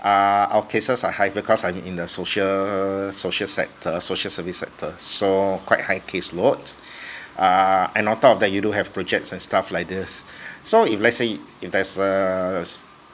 uh our cases are high because I'm in the social social sector social service sector so quite high case load uh and on top of that you do have projects and stuff like this so if let's say if there's a s~